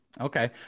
Okay